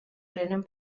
prenen